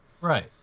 Right